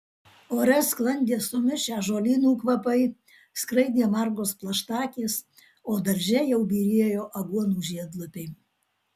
ore sklandė sumišę žolynų kvapai skraidė margos plaštakės o darže jau byrėjo aguonų žiedlapiai